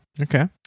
Okay